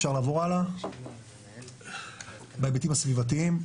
אפשר לעבור הלאה להיבטים הסביבתיים.